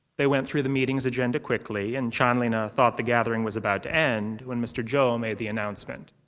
they went through the meeting's agenda quickly, and chanlina thought the gathering was about to end when mr. zhou made the announcement.